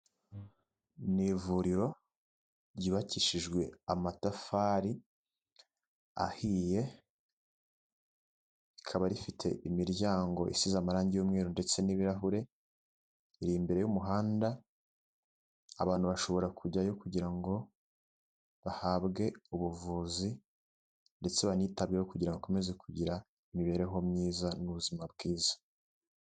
Ni ivuriro ryubakishijwe amatafari ahiye rikaba rifite imiryango isize amarangi y'umweru ndetse n'ibirahure, iri imbere y'umuhanda abantu bashobora kujyayo kugira ngo bahabwe ubuvuzi ndetse banitabweho kugira ngo bakomeze kugira imibereho myiza n'ubuzima bwiza.